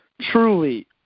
truly